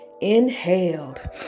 inhaled